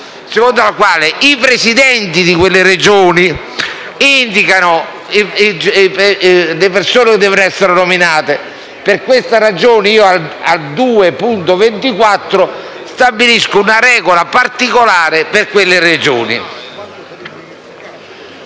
secondo la quale i Presidenti di quelle Regioni indicano le persone che devono essere nominate. Per questa ragione, con l'emendamento 2.24 propongo una regola particolare per quelle Regioni.